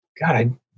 God